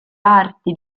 arti